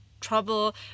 trouble